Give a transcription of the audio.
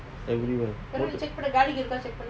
everywhere